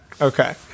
Okay